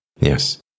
Yes